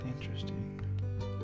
interesting